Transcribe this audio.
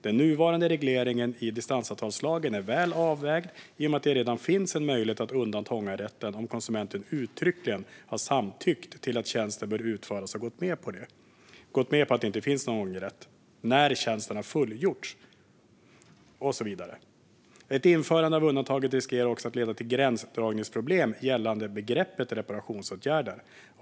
Den nuvarande regleringen i DAL är väl avvägd i och med att det redan finns en möjlighet att undanta ångerrätten om konsumenten uttryckligen har samtyckt till att tjänsten börjar utföras och gått med på att det inte finns någon ångerrätt när tjänsten har fullgjorts." Det skriver vidare: "Ett införande av undantaget riskerar också att leda till gränsdragningsproblem gällande begreppet reparationsåtgärder.